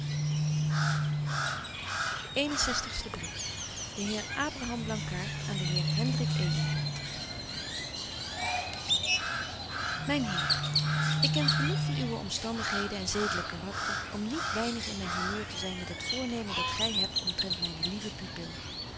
zestigste brief de heer abraham blankaart aan den heer hendrik edeling myn heer ik ken genoeg van uwe omstandigheden en zedelyk karakter om niet weinig in myn humeur te zyn met het voornemen dat gy hebt omtrent myne lieve pupil